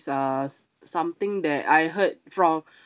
uh s~ something that I heard from